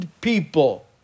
people